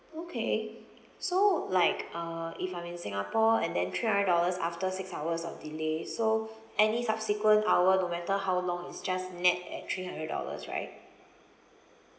okay so like uh if I'm in singapore and then three hundred dollars after six hours of delay so any subsequent hour no matter how long is just nett at three hundred dollars right